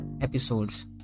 episodes